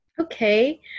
Okay